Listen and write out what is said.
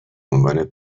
عنوان